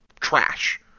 trash